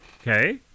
okay